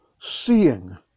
seeing